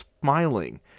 smiling